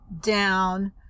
down